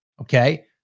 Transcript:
Okay